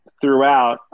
throughout